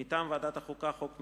מטעם ועדת החוקה, חוק ומשפט: